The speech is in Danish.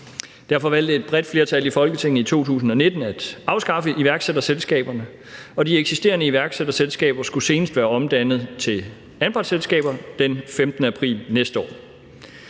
Derfor valgte et bredt flertal i Folketinget i 2019 at afskaffe iværksætterselskaberne, og de eksisterende iværksætterselskaber skulle senest være omdannet til anpartsselskaber den 15. april 2021.